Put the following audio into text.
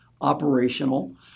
operational